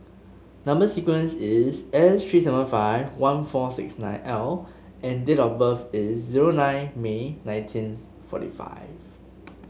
number sequence is S three seven five one four six nine L and date of birth is zero nine May nineteenth forty five